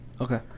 Okay